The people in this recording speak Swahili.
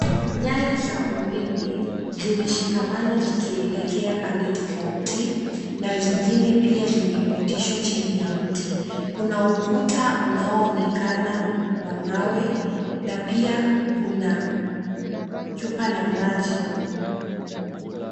Nyaya za umeme zimeshikamana zikielekea pande tofauti na zingine pia zimepitishwa chini ya mti. Kuna ukuta unaoonekana wa mawe na pia kuna chupa la maji.